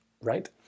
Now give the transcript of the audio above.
right